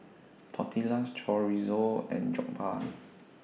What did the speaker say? Tortillas Chorizo and Jokbal